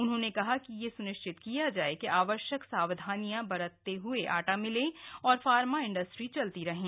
उन्होंने कहा कि यह स्निश्चित किया जाए कि आवश्यक सावधानियां बरतते हुए आटा मिलें और फार्मा इंडस्ट्री चलती रहें